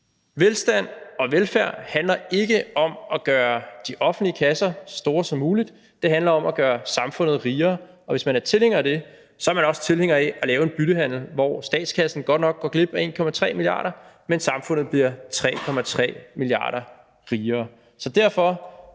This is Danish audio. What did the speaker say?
Velstand og velfærd handler ikke om at gøre de offentlige kasser så store som muligt, det handler om at gøre samfundet rigere, og hvis man er tilhænger af det, er man også tilhænger af at lave en byttehandel, hvor statskassen godt nok går glip af 1,3 mia. kr., men hvor samfundet bliver 3,3 mia. kr. rigere. Så derfor